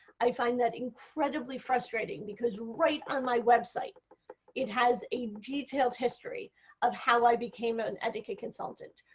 i find that incredibly frustrating because write on my website it has a detailed history of how i became an etiquette consultant.